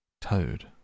Toad